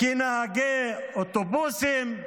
כנהגי אוטובוסים,